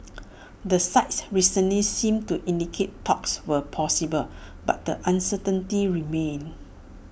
the sides recently seemed to indicate talks were possible but the uncertainty remains